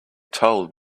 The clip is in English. told